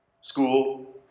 School